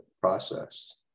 process